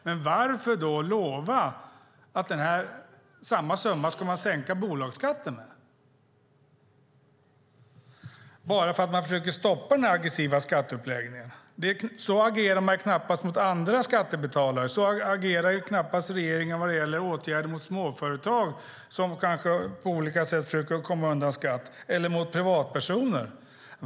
Men varför då lova att man ska sänka bolagsskatten med samma summa bara för att man försöker stoppa de aggressiva skatteuppläggen? Så agerar man knappast mot andra skattebetalare. Så agerar knappast regeringen vid åtgärder mot småföretag som kanske på olika sätt försöker komma undan skatt eller mot privatpersoner.